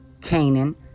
Canaan